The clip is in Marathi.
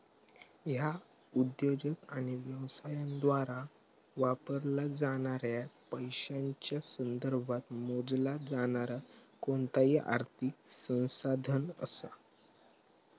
ह्या उद्योजक आणि व्यवसायांद्वारा वापरला जाणाऱ्या पैशांच्या संदर्भात मोजला जाणारा कोणताही आर्थिक संसाधन असा